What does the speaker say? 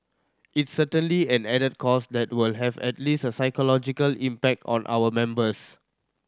it's certainly an added cost that will have at least a psychological impact on our members